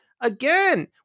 again